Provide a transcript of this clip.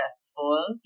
successful